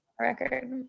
record